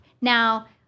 now